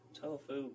tofu